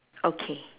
okay